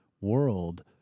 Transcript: world